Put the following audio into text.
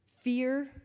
fear